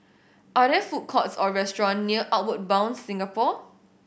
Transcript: are there food courts or restaurants near Outward Bound Singapore